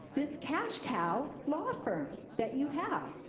this cash cow law firm, that you have?